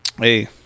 Hey